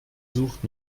sucht